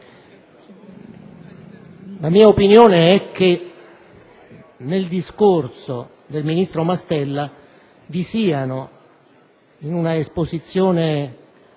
La mia opinione è che nel discorso del ministro Mastella vi siano, in un'esposizione